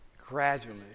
gradually